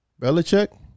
Belichick